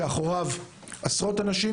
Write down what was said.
כאשר מאחוריו עשרות אנשים,